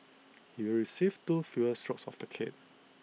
he will receive two fewer strokes of the cane